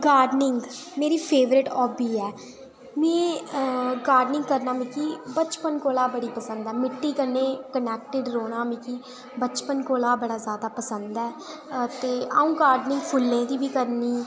gardening मेरी favourite hobby ऐ में गाडर्निंग करना मिगी बचपन कोला बड़ी पसंद ऐ मिट्टी कन्नै कनैक्ट रौह्ना मिगी बचपन कोला बड़ा जैदा पसंद ऐ ते अ'ऊं गाडर्निंग फुल्लें दी बी करनी जि'यां